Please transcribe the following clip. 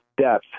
depth